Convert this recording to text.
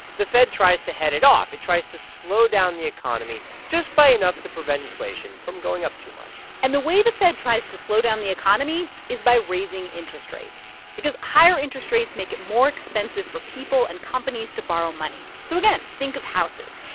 the fed tries to head it off. it tries to slow down the economy just by enough to prevent inflation from going up too much and the way the fed tries to slow down the economy is by raising interest rates because higher interest rates make it more expensive for people and companies to borrow money. so, again, think of houses.